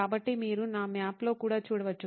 కాబట్టి మీరు నా మ్యాప్లో కూడా చూడవచ్చు